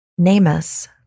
NAMUS